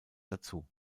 dazu